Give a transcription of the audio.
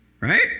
right